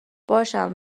باشم